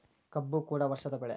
ಕಬ್ಬು ಕೂಡ ವರ್ಷದ ಬೆಳೆ